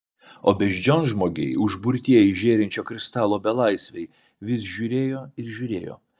o beždžionžmogiai užburtieji žėrinčio kristalo belaisviai vis žiūrėjo ir žiūrėjo